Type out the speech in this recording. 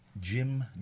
Jim